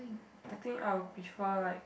I think I will prefer like